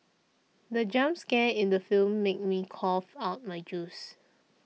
the jump scare in the film made me cough out my juice